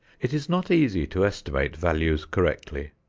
it is not easy to estimate values correctly.